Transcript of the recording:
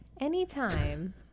Anytime